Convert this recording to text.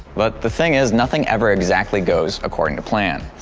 but the thing is nothing ever exactly goes according to plan.